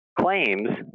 claims